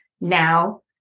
now